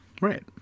Right